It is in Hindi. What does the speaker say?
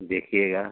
देखिएगा